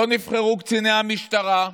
לא נבחרו קציני המשטרה,